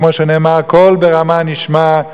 כמו שנאמר: "קול ברמה נשמע,